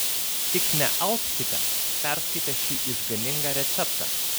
tik nealpkite perskaitę šį išganingą receptą